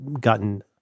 gotten